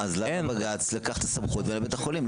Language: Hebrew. אז למה בג"צ לקח את הסמכות לבית החולים?